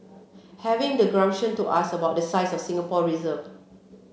having the gumption to ask about the size of Singapore reserve